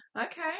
Okay